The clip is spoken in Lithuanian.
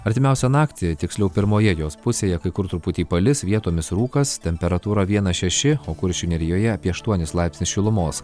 artimiausią naktį tiksliau pirmoje jos pusėje kai kur truputį palis vietomis rūkas temperatūra vienas šeši o kuršių nerijoje apie aštuonis laipsnius šilumos